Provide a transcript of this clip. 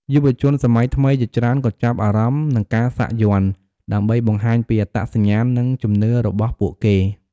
យុវជនសម័យថ្មីជាច្រើនក៏ចាប់អារម្មណ៍នឹងការសាក់យ័ន្ត ដើម្បីបង្ហាញពីអត្តសញ្ញាណ និងជំនឿរបស់ពួកគេ។